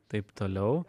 taip toliau